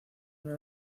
una